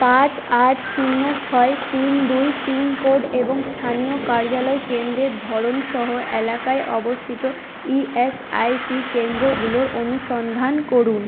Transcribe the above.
পাঁচ আট শূন্য ছয় তিন দুই পিন কোড এবং স্থানীয় কার্যালয় কেন্দ্রের ধরণসহ এলাকায় অবস্থিত ইএসআইসি কেন্দ্রগুলোর অনুসন্ধান করুন